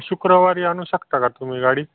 शुक्रवारी आणू शकता का तुम्ही गाडी